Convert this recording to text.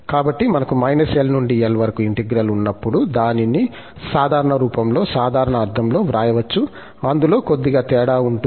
కాబట్టి మనకు L నుండి L వరకు ఇంటర్వెల్ ఉన్నప్పుడు దానిని సాధారణ రూపంలో సాధారణ అర్థంలో వ్రాయవచ్చు అందులో కొద్దిగా తేడా ఉంటుంది